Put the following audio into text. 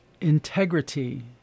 integrity